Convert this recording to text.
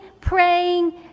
praying